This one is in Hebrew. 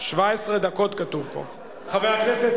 ודאי הקריאה השנייה והשלישית תהיינה בכנס החורף,